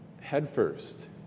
headfirst